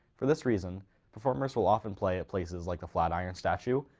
for this reason performers will often play at places like the flat iron statue,